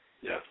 Yes